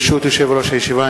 ברשות יושב-ראש הישיבה,